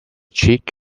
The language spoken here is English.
cheek